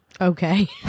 Okay